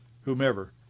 whomever